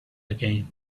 again